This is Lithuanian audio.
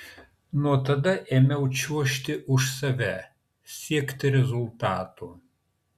nuo tada ėmiau čiuožti už save siekti rezultatų